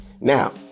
now